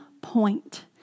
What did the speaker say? point